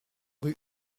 rue